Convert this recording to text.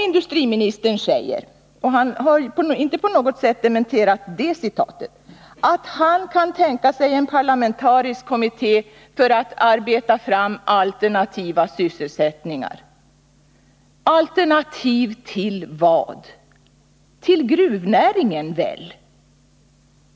Industriministern säger — och han har inte på något sätt dementerat det citatet — att han kan tänka sig en parlamentarisk kommitté för att arbeta fram alternativa sysselsättningar. Alternativ till vad? Till gruvnäringen, väl?